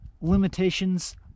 limitations